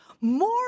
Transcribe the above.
more